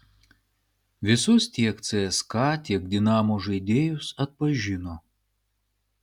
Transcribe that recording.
visus tiek cska tiek dinamo žaidėjus atpažino